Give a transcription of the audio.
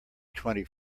twenty